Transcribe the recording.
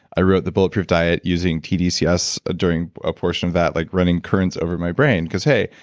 i wrote the bullet proof diet using tdcs ah during a portion of that like running currents over my brain, cause, hey,